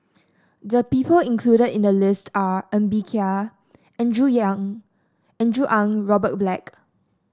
the people included in the list are Ng Bee Kia Andrew Yang Andrew Ang Robert Black